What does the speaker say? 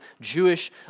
Jewish